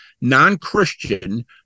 non-Christian